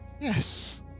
Yes